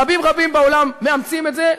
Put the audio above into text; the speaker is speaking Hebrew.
רבים-רבים בעולם מאמצים את זה,